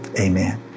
amen